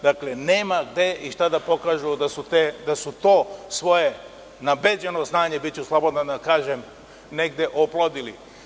Dakle, nema gde i šta da pokažu da su to svoje nabeđeno znanje, biću slobodan da kažem, negde oplodili.